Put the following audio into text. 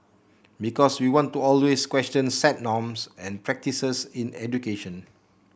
because we want to always question set norms and practices in education